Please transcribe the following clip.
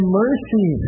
mercy